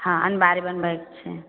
हँ अनमारी बनबैके छै